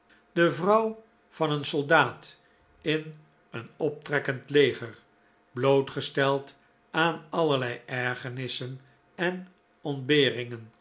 de vrouw van een soldaat in een optrekkend leger blootgesteld aan allerlei ergernissen en ontberingen